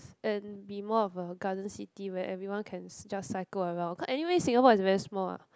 and be more of a garden city where everyone can just cycle around cause anyway Singapore is very small ah